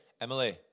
Emily